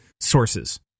sources